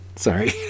Sorry